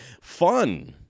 Fun